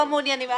לא מעוניינים?